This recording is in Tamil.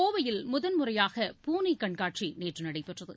கோவையில் முதன்முறையாக பூனை கண்காட்சி நேற்று நடைபெற்றது